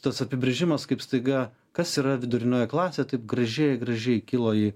tas apibrėžimas kaip staiga kas yra vidurinioji klasė taip gražiai gražiai kilo į